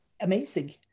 amazing